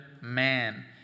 man